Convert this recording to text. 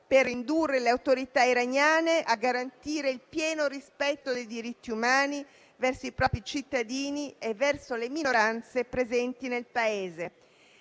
per indurre le autorità iraniane a garantire il pieno rispetto dei diritti umani verso i propri cittadini e verso le minoranze presenti nel Paese.